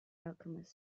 alchemist